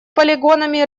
полигонами